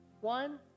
One